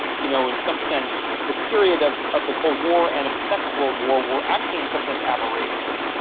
you know, in some sense the period of of the cold war and of the second world war were actually in some sense aberrations,